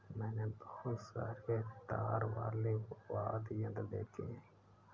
मैंने बहुत सारे तार वाले वाद्य यंत्र देखे हैं